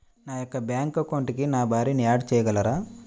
నా యొక్క బ్యాంక్ అకౌంట్కి నా భార్యని యాడ్ చేయగలరా?